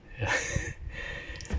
ya